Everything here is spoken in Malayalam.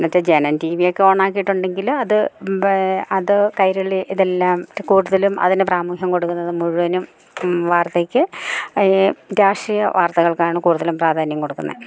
മറ്റേ ജനം ടിവിയൊക്കെ ഓൺ ആക്കിയിട്ടുണ്ടെങ്കില് അത് അത് കൈരളി ഇതെല്ലാം കൂടുതലും അതിന് പ്രാമുഹ്യം കൊടുക്കുന്നത് മുഴുവനും വാർത്തയ്ക്ക് ഈ രാഷ്ട്രീയ വാർത്തകൾക്കാണ് കൂടുതലും പ്രാധാന്യം കൊടുക്കുന്നത്